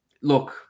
look